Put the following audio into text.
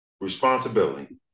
responsibility